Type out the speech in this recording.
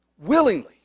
Willingly